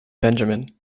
benjamin